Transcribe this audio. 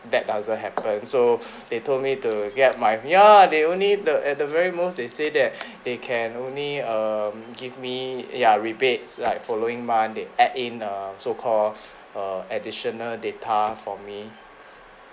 that doesn't happen so they told me to get my yeah they only the at the very most they say that they can only um give me ya rebates like following month they add in a so called err additional data for me